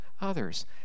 others